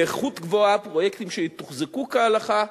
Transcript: באיכות גבוהה, פרויקטים שיתוחזקו כהלכה,